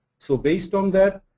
so based on that,